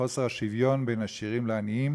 בחוסר השוויון בין עשירים לעניים,